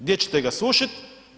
Gdje ćete ga sušiti?